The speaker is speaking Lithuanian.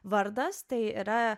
vardas tai yra